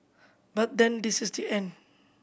but then this is the end